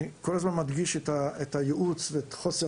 אני כל הזמן מדגיש את הייעוץ ואת חוסר